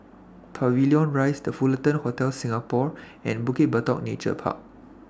Pavilion Rise The Fullerton Hotel Singapore and Bukit Batok Nature Park